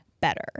better